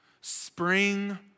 Spring